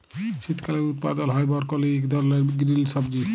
শীতকালে উৎপাদল হ্যয় বরকলি ইক ধরলের গিরিল সবজি